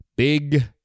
Big